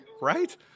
right